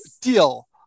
Deal